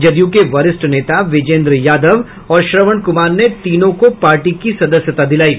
जदयू के वरिष्ठ नेता विजेन्द्र यादव और श्रवण कुमार ने तीनों को पार्टी की सदस्यता दिलायी